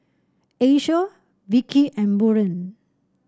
Asia Vikki and Buren